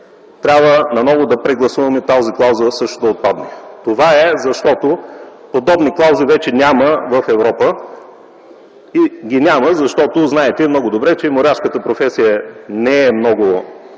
трябва наново да прегласуваме тази клауза също да отпадне. Това е, защото подобни клаузи вече няма в Европа. Няма ги, защото знаете много добре, че моряшката професия не е много